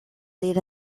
lead